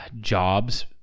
jobs